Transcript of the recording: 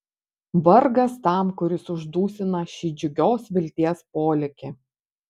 vargas tam kuris uždusina šį džiugios vilties polėkį